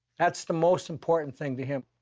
that's the most important thing to him.